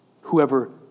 Whoever